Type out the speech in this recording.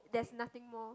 there's nothing more